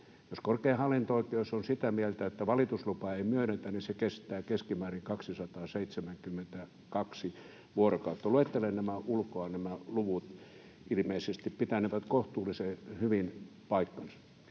Jos korkein hallinto-oikeus on sitä mieltä, että valituslupaa ei myönnetä, niin se kestää keskimäärin 272 vuorokautta — luettelen ulkoa nämä luvut, ilmeisesti pitänevät kohtuullisen hyvin paikkansa.